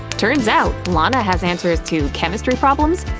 turns out, lana has answers to chemistry problems